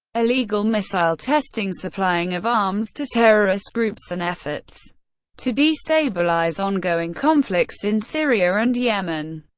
illegal missile testing, supplying of arms to terrorist groups, and efforts to destabilize ongoing conflicts in syria and yemen.